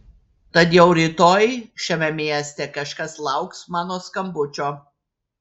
tad jau rytoj šiame mieste kažkas lauks mano skambučio